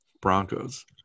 Broncos